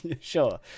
Sure